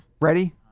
Ready